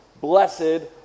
blessed